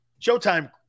showtime